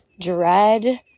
dread